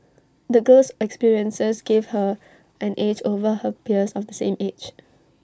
the girl's experiences gave her an edge over her peers of the same age